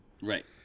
right